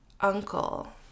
uncle